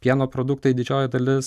pieno produktai didžioji dalis